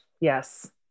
Yes